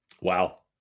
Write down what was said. Wow